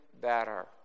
better